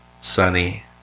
sunny